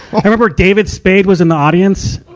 i remember david spade was in the audience.